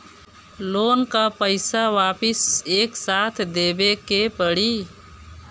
Loan का पईसा वापिस एक साथ देबेके पड़ी?